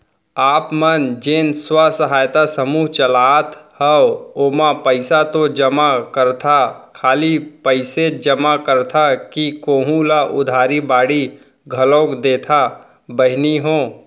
आप मन जेन स्व सहायता समूह चलात हंव ओमा पइसा तो जमा करथा खाली पइसेच जमा करथा कि कोहूँ ल उधारी बाड़ी घलोक देथा बहिनी हो?